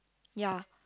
ya